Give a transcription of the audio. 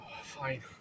Fine